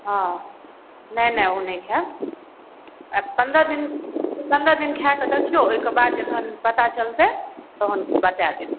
हँ नै नै ओ नहि खायब पन्द्रह दिन पन्द्रह दिन खाय कऽ देखियौ ओइके बाद जखन पता चलतै तहन बताय देब